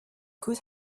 could